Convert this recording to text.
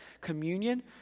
communion